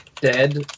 dead